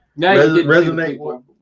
resonate